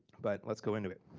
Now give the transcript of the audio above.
but let's go into it.